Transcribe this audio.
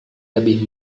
lebih